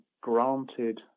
granted